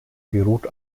beruht